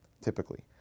typically